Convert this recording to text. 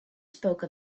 spoke